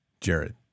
Jared